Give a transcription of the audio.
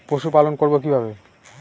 পশুপালন করব কিভাবে?